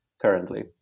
currently